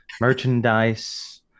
merchandise